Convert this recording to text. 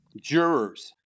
jurors